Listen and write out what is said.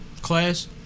class